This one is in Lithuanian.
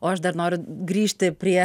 o aš dar noriu grįžti prie